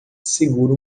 segura